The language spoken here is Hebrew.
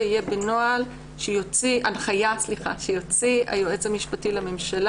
יהיה בהנחיה שיוציא היועץ המשפטי לממשלה.